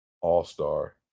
all-star